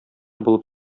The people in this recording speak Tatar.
булып